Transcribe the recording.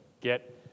get